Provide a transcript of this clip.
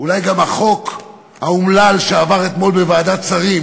שאולי גם החוק האומלל שעבר אתמול בוועדת שרים,